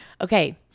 Okay